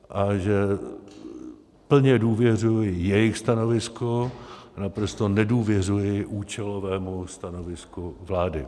A že plně důvěřuji jejich stanovisku a naprosto nedůvěřuji účelovému stanovisku vlády.